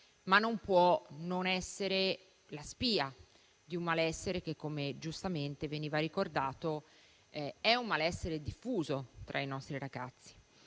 ma non può non essere la spia di un malessere che, come giustamente veniva ricordato, è diffuso tra i nostri ragazzi.